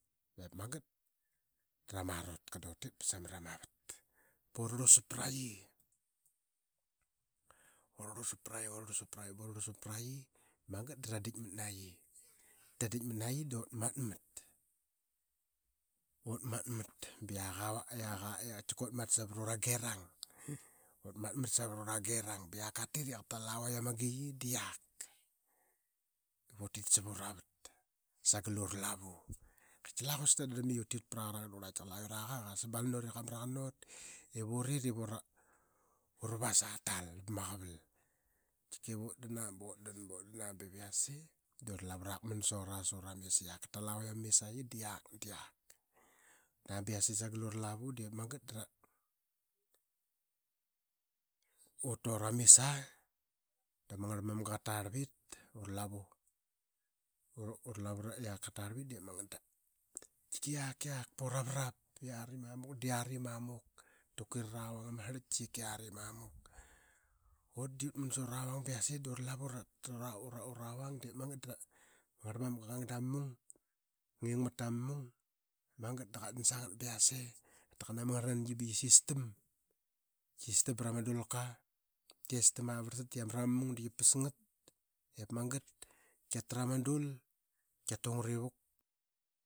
Diip magat da utra qa sa mra ma avat ba urarlusap prayi. Ura rlusap ba ura rlusap ba urarlusap pra qi yase da ra dikmat naqi da uratmat. Ut matmera aa di ut mat mera savra ura girang ba qiak ka tit i qa tal avaik ama giqi da pak iv utit sava ura vat sagal ura lavu. Qati la quasik ta darlam i ut ti pra qarang da qurla i qatki la urak qa sabal mit i qa mra qan ut ivurit ip uravas aa tal pa tal pa ma qaval. Tika ip ut dan aa ba ut dan aa ba yase da ma lavu rakman sa ura i qak katal aa vaik ama misaqi yak. Utdan aa ba yase sagel ura lavu da ut tu ura mis aa da ma ngarl mamga qa tarlvit di siak ra qurl aa yiamanu i yiari mamuk da yiari m amuk ta kuiram ba ma vat. Ut di utman sa ura vang ba yase da ma angarlmamga qang ba qa nging mat ta ma mung da qa man sagat ba yase da qa taqan ama ngarl nangi ba qia sistam bra ma dulka. Qiasistam aa ba varlsat da qia tra ma mung da qia pas ngativuk ba ip magat da qiatra ma dul da qia pas nagat ivuk.